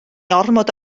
ormod